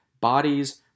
bodies